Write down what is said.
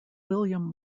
william